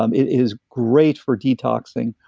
um it is great for detoxing,